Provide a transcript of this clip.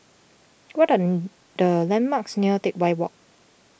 what are the landmarks near Teck Whye Walk